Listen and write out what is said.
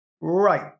right